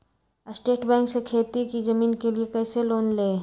State bank से खेती की जमीन के लिए कैसे लोन ले?